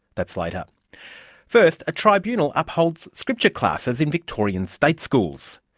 that's later. first, a tribunal upholds scripture classes in victorian state schools.